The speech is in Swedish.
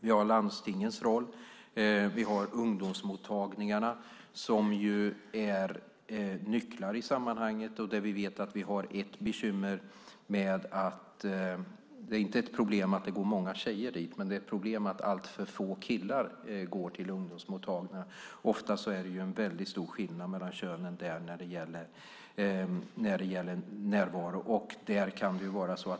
Vi har landstingens roll, och vi har ungdomsmottagningarna, som är nycklar i sammanhanget. Vi vet att det finns ett bekymmer - det är inte ett problem att många tjejer går dit, men det är problem att alltför få killar går till ungdomsmottagningarna. Oftast är det stor skillnad mellan könen när det gäller närvaro där.